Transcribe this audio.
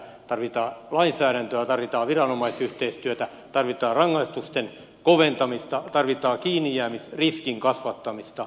tarvitaan lainsäädäntöä tarvitaan viranomaisyhteistyötä tarvitaan rangaistusten koventamista tarvitaan kiinnijäämisriskin kasvattamista